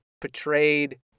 portrayed